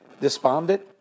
despondent